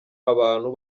abantu